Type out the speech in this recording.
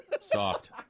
Soft